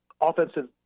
offensive